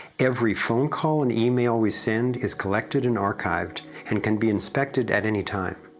every phone call and email we send is collected and archived, and can be inspected at any time.